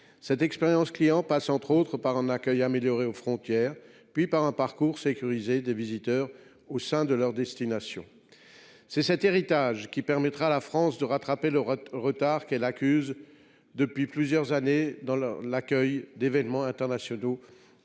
Cette expérience client passe, entre autres, par un accueil amélioré aux frontières et par un parcours sécurisé des visiteurs après leur arrivée à destination. C’est cet héritage qui permettra à la France de rattraper le retard qu’elle accuse depuis plusieurs années dans l’accueil d’événements internationaux